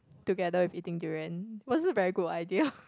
together with eating durian was a very good idea